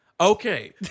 Okay